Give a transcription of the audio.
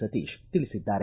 ಸತೀಶ ತಿಳಿಸಿದ್ದಾರೆ